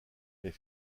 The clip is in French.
mais